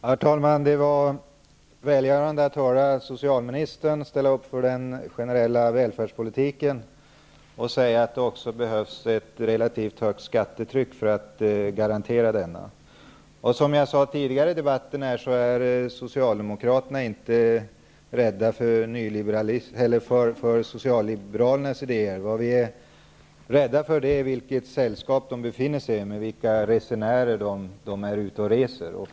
Herr talman! Det var välgörande att höra socialministern ställa upp för den generella välfärdspolitiken och säga att det också behövs ett relativt högt skattetryck för att garantera den. Som jag sade tidigare i debatten är Socialdemokraterna inte rädda för socialliberalernas ideér -- vad vi är rädda för är vilket sällskap socialliberalerna befinner sig i, vilka medpassagerare de är ute och reser med.